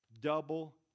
double